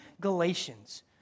Galatians